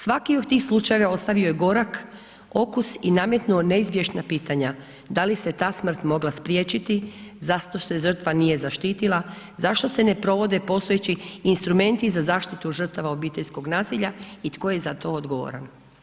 Svaki od tih slučajeva ostavio je gorak okus i nametnuo neizbježna pitanja, da li se ta smrt mogla spriječiti, zašto se žrtva nije zaštitila, zašto se ne provode postojeći instrumenti za zaštitu žrtava obiteljskog nasilja i tko je za to odgovoran.